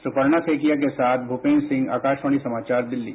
सुपर्णा सैकेया के साथ भूपेंद्र सिंह आकाशवाणी समाचारदिल्ली